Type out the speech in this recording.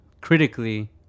critically